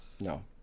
No